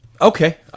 Okay